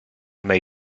may